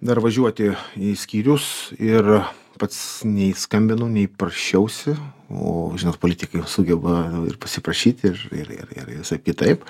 dar važiuoti į skyrius ir pats nei skambinau nei prašiausi o žinot politikai sugeba ir pasiprašyt ir ir ir ir i visaip kitaip